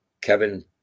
Kevin